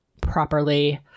properly